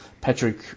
Patrick